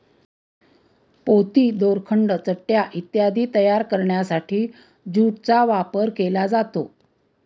पोती, दोरखंड, चटया इत्यादी तयार करण्यासाठी ज्यूटचा वापर केला जातो